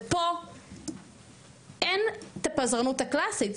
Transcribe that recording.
ופה אין את הפזרנות הקלאסית,